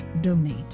donate